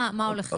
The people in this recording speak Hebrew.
מה הולך להיות.